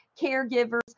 caregivers